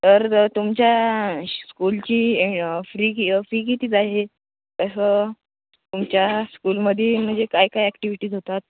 तर तुमच्या शी स्कूलची एं फ्री फी कितीच आहे असं तुमच्या स्कूलमध्ये म्हणजे काय काय ॲक्टिव्हिटीज होतात